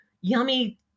yummy